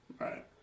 right